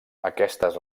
aquestes